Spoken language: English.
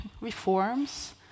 Reforms